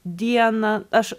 dieną aš